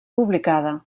publicada